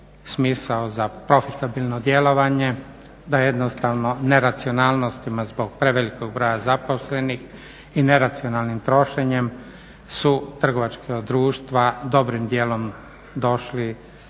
smisao za profitabilno djelovanje, da jednostavno neracionalnosti ima zbog prevelikog broja zaposlenih i neracionalnim trošenjem su trgovačka društva dobrim dijelom došli